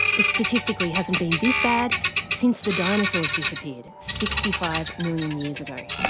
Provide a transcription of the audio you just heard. it statistically hasn't been this bad since the dinosaurs disappeared sixty five million years ago.